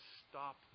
stop